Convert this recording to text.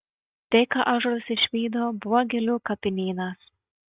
tai ką ąžuolas išvydo buvo gėlių kapinynas